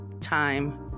Time